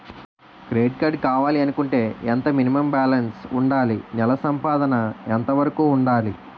Credit card కావాలి అనుకుంటే ఎంత మినిమం బాలన్స్ వుందాలి? నెల సంపాదన ఎంతవరకు వుండాలి?